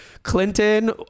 Clinton